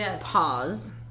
pause